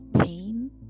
Pain